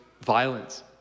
violence